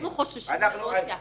אנחנו חוששים מאוד.